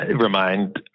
remind